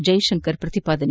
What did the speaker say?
ಜೈ ಶಂಕರ್ ಪ್ರತಿಪಾದನೆ